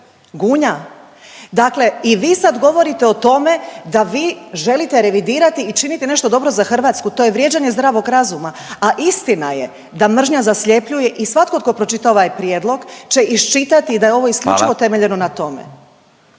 Gunja dakle i vi sad govorite o tome da vi želite revidirati i činite nešto dobro za Hrvatsku to je vrijeđanje zdravog razuma. A istina je da mržnja zasljepljuje i svatko tko pročita ovaj prijedlog će iščitati da je ovo isključivo …/Upadica Radin: